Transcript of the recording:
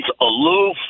aloof